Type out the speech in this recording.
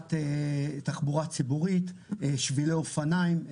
לטובת תחבורה ציבורית, שבילי אופניים.